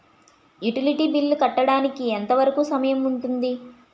Utility bill కట్టడానికి ఎంత వరుకు సమయం ఉంటుంది?